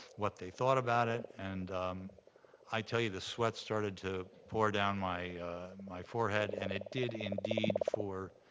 what they thought about it. and i tell you, the sweat started to pour down my my forehead, and it did indeed for